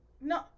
No